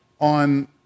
on